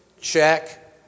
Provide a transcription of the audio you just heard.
check